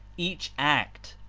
each act.